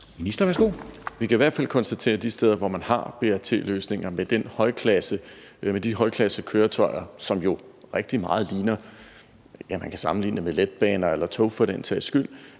Vi kan i hvert fald konstatere, at de steder, hvor man har BRT-løsninger med de køretøjer af høj klasse, som man jo kan sammenligne med letbaner eller eller tog for den sags skyld,